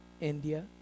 India